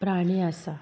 प्राणी आसात